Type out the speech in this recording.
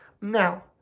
Now